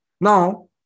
Now